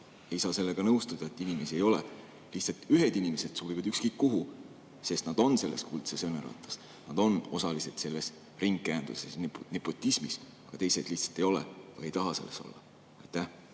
ei saa sellega nõustuda, et inimesi ei ole. Lihtsalt ühed inimesed sobivad ükskõik kuhu, sest nad on selles kuldses õnnerattas, nad on osalised selles ringkäenduses, nepotismis, aga teised lihtsalt ei ole või ei taha selles olla.